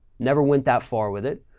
never went that far with it.